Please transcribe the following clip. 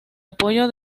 apoyo